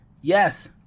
Yes